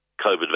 COVID